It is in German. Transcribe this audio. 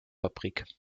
fabrik